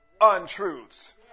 untruths